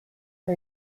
for